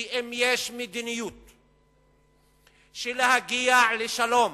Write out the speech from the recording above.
כי אם יש מדיניות של להגיע לשלום,